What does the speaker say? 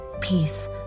Peace